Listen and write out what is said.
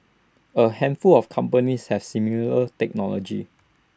A handful of companies have similar technology